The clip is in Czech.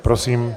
Prosím.